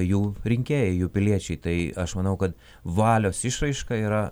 jų rinkėjai jų piliečiai tai aš manau kad valios išraiška yra